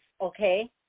okay